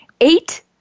eight